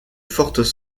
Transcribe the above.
fortes